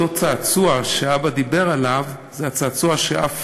אותו צעצוע שהאבא דיבר עליו זה הצעצוע שעף